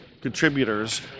contributors